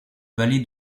vallée